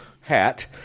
hat